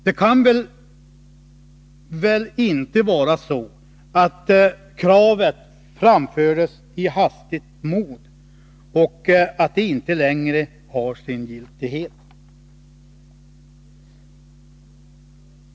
Det kan väl inte vara så att kravet framfördes i hastigt mod och att det inte längre har sin giltighet.